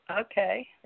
Okay